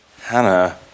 Hannah